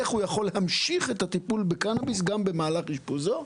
איך הוא יוכל להמשיך את הטיפול בקנביס גם במהלך אשפוזו.